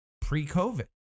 pre-COVID